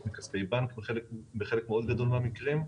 מכספי בנק בחלק גדול מאוד מהמקרים.